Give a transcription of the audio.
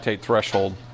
threshold